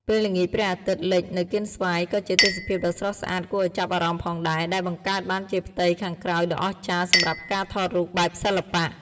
ពេលល្ងាចព្រះអាទិត្យលិចនៅកៀនស្វាយក៏ជាទេសភាពដ៏ស្រស់ស្អាតគួរឲ្យចាប់អារម្មណ៍ផងដែរ ដែលបង្កើតបានជាផ្ទៃខាងក្រោយដ៏អស្ចារ្យសម្រាប់ការថតរូបបែបសិល្បៈ។